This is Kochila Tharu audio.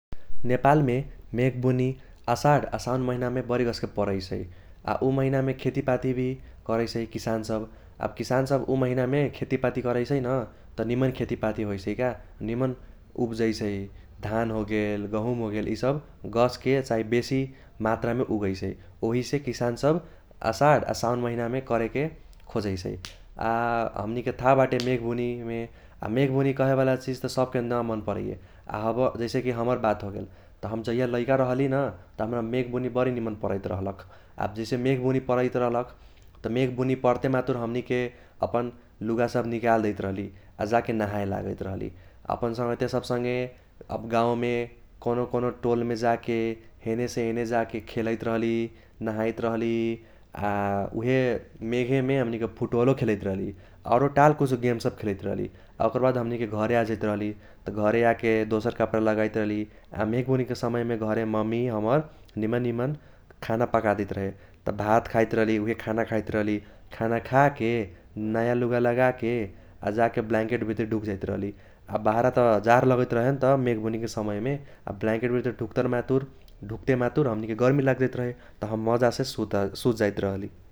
नेपालमे मेघबुनी अषाढ आ साउन महिनामे बरी गस्के परैसै । आ उ महिनामे खेतिपाती भी करैसै किसान सब, आब किसान सब उ महिनामे खेतिपाती करैसै न त निमन खेतिपाती होइसै का। निमन ऊबजैसै धान होगेल गहुम होगेल ईसब गस्के चाही बेसी मात्रामे ऊगैसै ओहिसे किसान सब अषाढ आ साउन महिनामे करेके खोजैसै । आ हमनीके थाह बाटे मेघबुनिमे आ मेघ बुनी कहेवाला चिज त सबके न मन परैये जैसे कि हमर बात होगेल त हम जाहिया लैका रहली न त हमरा मेघबुनी बरी निमन परैत रहलक । आब जैसे मेघबुनी परैत रहलक त मेघबुनी पर्ते मातुर हमनीके अपन लूगा सब निकाल देइत रहली आ जाके नाहाए लागैत रहली । अपन संगहतिया सब संगे गाउमे कौनो कौनो टोलमे जाके हेने से हेने जाके खेलैत रहली, नाहाइत रहली आ उहे मेघेमे हमनीके फूटबलो खेलैत रहली। औरो टाल कुछो गेम सब खेलैत रहली । आ ओकर बाद हमनीके घरे आजाइत रहली। त घरे आके दोसर कप्रा लगाइत रहली। आ मेघबुनीके समयमे घरे ममी हमर निमन निमन खाना पकादेइत रहे । त भात खाइत रहली उहे खाना खाइत रहली, खाना खाके नाया लूगा लागाके आ जाके ब्लैंकेट भित्री ढुक जाइत रहली। आ बाहारा त जार लगैत रहे नत मेघबुनीके समयमे, आ ब्लैंकेट भीतर ढुक्ते मातुर हमनीके गर्मी लागजाइत रहेत त हम माजासे सुत जाइत रहली।